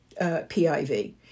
PIV